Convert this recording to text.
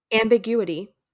ambiguity